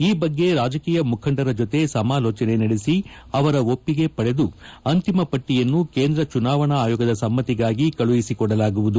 ಈ ಬಗ್ಗೆ ರಾಜಕೀಯ ಮುಖಂಡರ ಜೊತೆ ಸಮಾಲೋಜನೆ ನಡೆಸಿ ಅವರ ಒಪ್ಪಿಗೆ ಪಡೆದು ಅಂತಿಮಪಟ್ಟಿಯನ್ನು ಕೇಂದ್ರ ಚುನಾವಣಾ ಆಯೋಗದ ಸಮ್ಮತಿಗಾಗಿ ಕಳುಹಿಸಿಕೊಡಲಾಗುವುದು